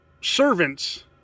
servants